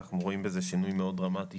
אנחנו רואים בזה שינוי מאוד דרמטי